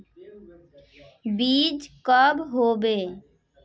बीज कब होबे?